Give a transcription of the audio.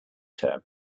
term